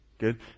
good